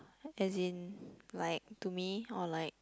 as in like to me or like